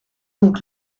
donc